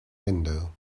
window